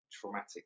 traumatic